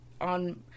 on